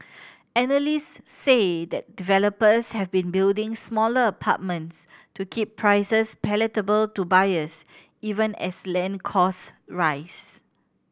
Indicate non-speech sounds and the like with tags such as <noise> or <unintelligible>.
analysts say <unintelligible> developers have been building smaller apartments to keep prices palatable to buyers even as land cost rise